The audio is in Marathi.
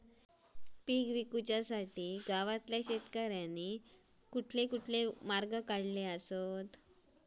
पीक विकुच्यासाठी गावातल्या शेतकऱ्यांनी कसले कसले मार्ग काढले?